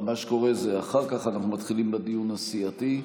מה שקורה זה שאחר כך אנחנו מתחילים בדיון הסיעתי,